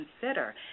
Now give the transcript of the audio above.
consider